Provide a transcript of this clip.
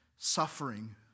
suffering